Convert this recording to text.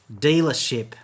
dealership